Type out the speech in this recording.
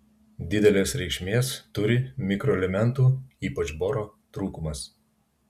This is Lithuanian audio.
didelės reikšmės turi mikroelementų ypač boro trūkumas